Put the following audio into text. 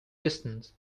distance